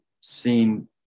seen